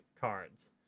cards